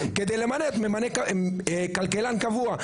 כדי למנות כלכלן קבוע,